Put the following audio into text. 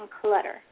clutter